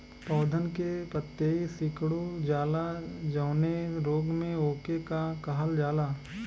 पौधन के पतयी सीकुड़ जाला जवने रोग में वोके का कहल जाला?